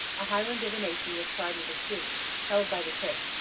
a highland divination was tried with a shoe, held by the tip,